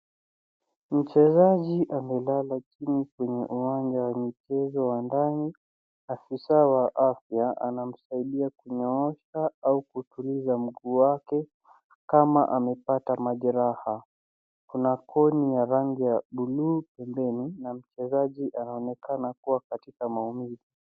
Mchezaji amelala chini kwenye uwanja wa mchezo wa ndani . Afisa wa afya anamsaidia kunyoosha au kutuliza mguu wake kama amepata majeraha. Kuna koni ya rangi ya bluu pembeni na mchezaji anaonekana kuwa katika maumivu.